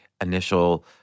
initial